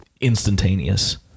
instantaneous